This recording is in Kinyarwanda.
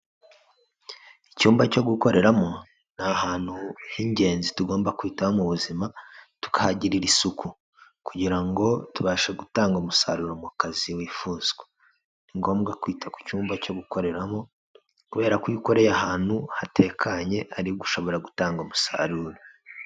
Icyumba cyo gukoreramo, ni ahantu h'ingenzi tugomba kwitaho mu buzima, tukahagirira isuku, kugira ngo tubashe gutanga umusaruro mu kazi wifuzwa, ni ngombwa kwita ku cyumba cyo gukoreramo kubera ko iyo ukoreye ahantu hatekanye, aribwo ushobora gutanga umusaruro.